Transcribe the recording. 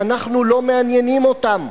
אנחנו לא מעניינים אותם.